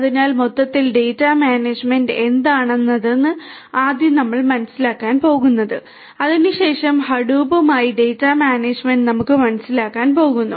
അതിനാൽ മൊത്തത്തിൽ data management എന്താണെന്നതാണ് ആദ്യം നമ്മൾ മനസ്സിലാക്കാൻ പോകുന്നത് അതിനുശേഷം ഹഡൂപ്പുമായി ഡാറ്റ മാനേജ്മെൻറ് നമുക്ക് മനസ്സിലാക്കാൻ പോകുന്നു